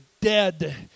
dead